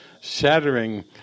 shattering